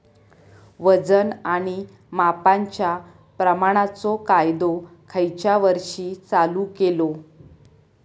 वजन आणि मापांच्या प्रमाणाचो कायदो खयच्या वर्षी चालू केलो?